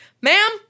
ma'am